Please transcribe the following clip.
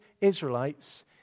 Israelites